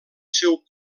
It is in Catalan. seu